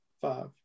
Five